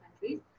countries